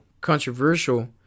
controversial